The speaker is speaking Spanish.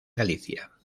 galicia